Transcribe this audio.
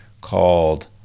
called